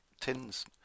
tins